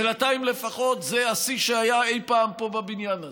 בינתיים לפחות זה השיא שהיה אי פעם פה בבניין הזה.